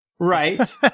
Right